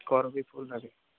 করবী ফুল লাগে